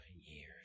years